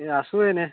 এই আছোঁ এনেই